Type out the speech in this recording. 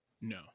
No